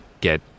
get